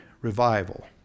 revival